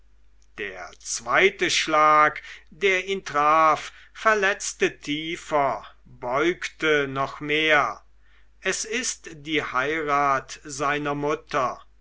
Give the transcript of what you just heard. der zweite schlag der ihn traf verletzte tiefer beugte noch mehr es ist die heirat seiner mutter